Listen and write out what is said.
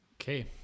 Okay